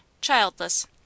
childless